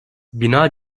bina